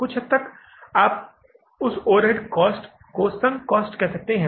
कुछ हद तक आप उस ओवरहेड कॉस्ट को संक कॉस्ट कह सकते हैं